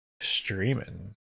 streaming